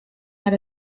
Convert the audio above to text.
had